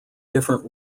different